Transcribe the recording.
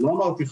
לא אמרתי,